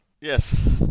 Yes